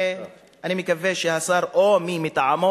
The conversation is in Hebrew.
ואני מקווה שהשר או מי מטעמו